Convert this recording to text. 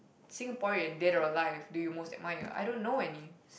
Singaporean dead or alive do you most admire I don't know any